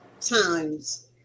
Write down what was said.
times